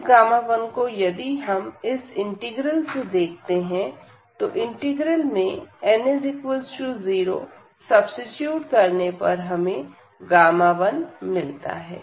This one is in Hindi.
इस 1 को यदि हम इस इंटीग्रल से देखते हैं तो इंटीग्रल में n0 सब्सीट्यूट करने पर हमें 1 मिलता है